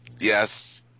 Yes